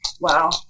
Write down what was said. Wow